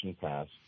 passed